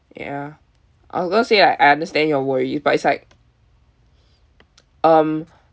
ya I was going to say like I understand your worries but it's like um